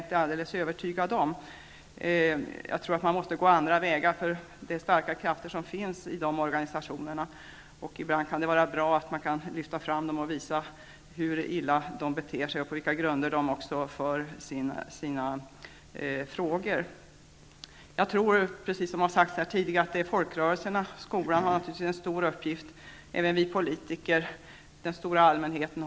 Jag tror att man måste gå andra vägar, eftersom det är starka krafter i organisationerna i fråga. Ibland kan det vara bra att lyfta fram organisationerna och visa hur illa de beter sig och på vilka grunder de för fram sina frågor. Som det sagts tidigare tror jag att folkrörelserna och skolan har en stor uppgift, liksom också vi politiker och allmänheten.